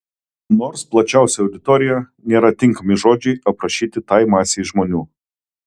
nors plačiausia auditorija nėra tinkami žodžiai aprašyti tai masei žmonių